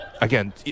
again